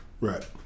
Right